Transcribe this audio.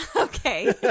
Okay